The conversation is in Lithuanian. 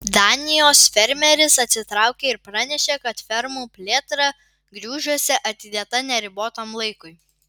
danijos fermeris atsitraukė ir pranešė kad fermų plėtra grūžiuose atidėta neribotam laikui